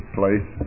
place